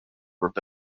brevet